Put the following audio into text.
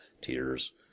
tears